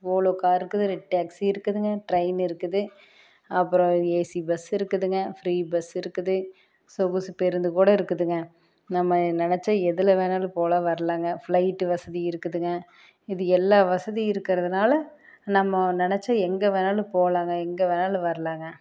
ஓலோ car இருக்குது red taxi இருக்குதுங்க train இருக்குது அப்பறம் ஏசி பஸ் இருக்குதுங்க ஃப்ரீ பஸ் இருக்குது சொகுசு பேருந்து கூட இருக்குதுங்க நம்ம நினச்சா எதில் வேணாலும் போகலாம் வரலாங்க ஃப்ளைட்டு வசதி இருக்குதுங்க இது எல்லா வசதியும் இருக்கிறதுனால நம்ம நினச்சா எங்கே வேணாலும் போகலாங்க எங்கே வேணாலும் வரலாங்க